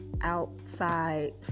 outside